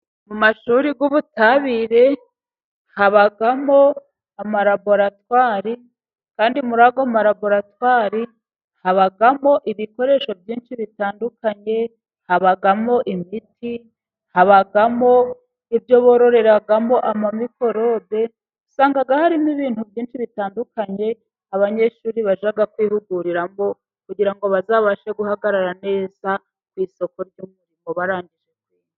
Mu mashuri y'ubutabire habamo amalaboratwari kandi muri ayo malaboratwari habamo ibikoresho byinshi bitandukanye. Habamo imiti, habamo ibyo bororeramo amamikorobe usanga harimo ibintu byinshi bitandukanye abanyeshuri bajya kwihuguriramo kugira ngo bazabashe guhagarara neza ku isoko ry'umurimo barangije kwiga.